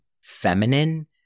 feminine